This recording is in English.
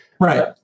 Right